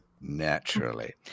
Naturally